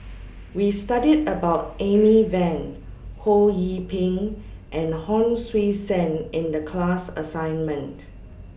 We studied about Amy Van Ho Yee Ping and Hon Sui Sen in The class assignment